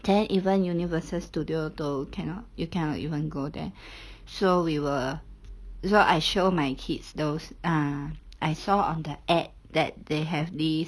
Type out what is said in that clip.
then even Universal Studio 都 cannot you cannot even go there so we were so I show my kids those ah I saw on the ad that they have these